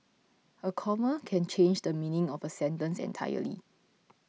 a comma can change the meaning of a sentence entirely